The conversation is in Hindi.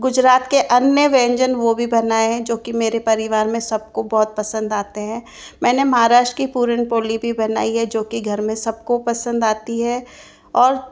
गुजरात के अन्य व्यंजन वो भी बनाए हैं जो की मेरे परिवार में सब को बहुत पसंद आते हैं मैंने महाराष्ट्र की पुरन पोली भी बनाई है जो कि घर में सबको पसंद आती है और